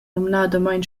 numnadamein